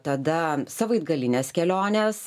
tada savaitgalinės kelionės